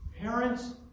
parents